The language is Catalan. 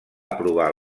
aprovar